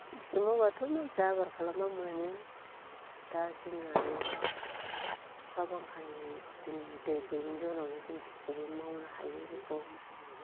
खिथिखो मावब्लाथ' मानसिया आबोर खालामब्ला मोनो दा जों आरो अखा बांखानि दिन दै गैयैनि जनावनो जों खिथिखौनो मावनो हायि रखम